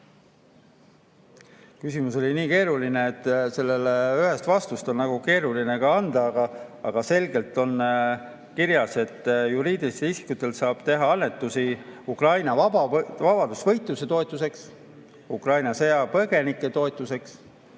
Küsimus oli nii keeruline, et sellele ühest vastust on raske anda. Aga selgelt on kirjas, et juriidilised isikud saavad teha annetusi Ukraina vabadusvõitluse toetuseks, Ukraina sõjapõgenike toetuseks